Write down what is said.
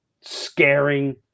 scaring